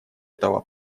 этого